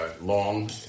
long